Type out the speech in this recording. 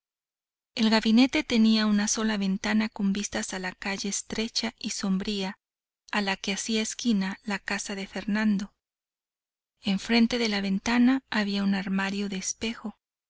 el gabinete tenía una sola ventana con vistas a la calle estrecha y sombría a la que hacía esquina la casa de fernando enfrente de la ventana había un armario de espejo